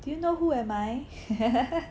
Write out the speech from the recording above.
do you know who am I